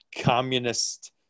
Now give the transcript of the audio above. communist